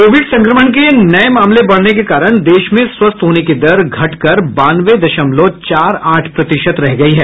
Covid संक्रमण के नये मामले बढने के कारण देश में स्वस्थ होने की दर घटकर बानवे दशमलव चार आठ प्रतिशत रह गई है